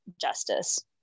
justice